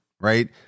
right